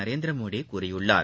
நரேந்திரமோடிகூறியுள்ளார்